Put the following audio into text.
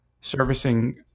servicing